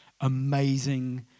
amazing